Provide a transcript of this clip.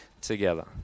together